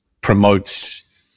promotes